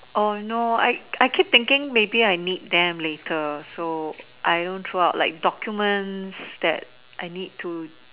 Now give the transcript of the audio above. oh no I I keep thinking maybe I need them later like documents that I need to